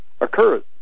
Occurs